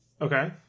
Okay